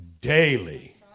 daily